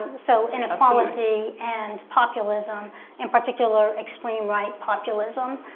so, inequality and populism and particular extreme right populism,